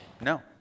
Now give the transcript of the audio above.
no